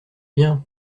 bien